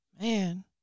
man